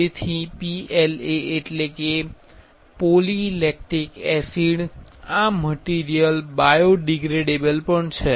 તેથી PLA એટલે polylactic acid આ મટીરિયલ બાયોડિગ્રેડેબલ પણ છે